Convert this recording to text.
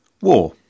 war